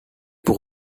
pour